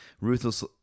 ruthless